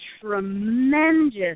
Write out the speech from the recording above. tremendous